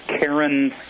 Karen